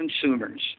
consumers